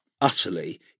utterly